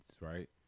Right